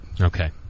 Okay